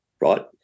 right